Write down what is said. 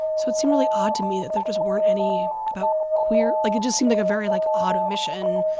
so it seemed really odd to me that there just weren't any about queer like, it just seemed like a very, like, odd omission.